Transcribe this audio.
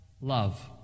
love